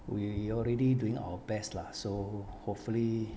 we already doing our best lah so hopefully